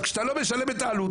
כשאתה לא משלם את העלות,